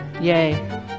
yay